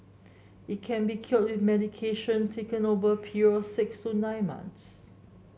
it can be cured with medication taken over a period of six to nine months